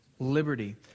Liberty